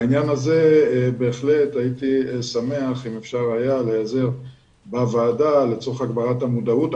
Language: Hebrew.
בעניין הזה הייתי שמח אם אפשר היה להיעזר בוועדה לצורך הגברת המודעות.